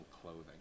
clothing